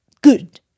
good